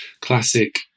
classic